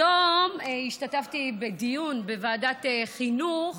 היום השתתפתי בדיון בוועדת חינוך